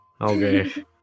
Okay